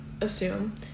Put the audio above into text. Assume